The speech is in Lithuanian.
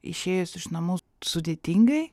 išėjus iš namų sudėtingai